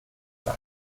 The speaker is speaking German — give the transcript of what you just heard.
sei